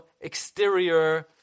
exterior